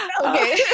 Okay